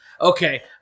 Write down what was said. Okay